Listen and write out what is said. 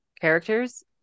characters